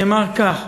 נאמר כך: